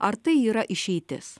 ar tai yra išeitis